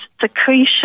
secretion